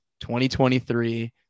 2023